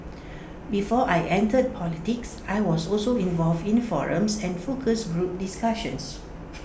before I entered politics I was also involved in the forums and focus group discussions